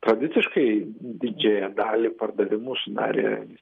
tradiciškai didžiąją dalį pardavimų sudarė